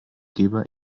geber